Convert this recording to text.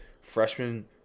freshman